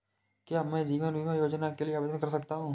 क्या मैं जीवन बीमा योजना के लिए आवेदन कर सकता हूँ?